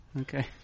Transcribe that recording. Okay